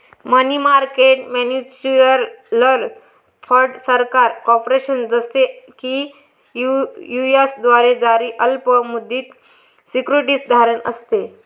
मनी market mutual fund सरकार, corporation, जसे की यू.एस द्वारे जारी अल्प मुदत सिक्युरिटीज धारण असते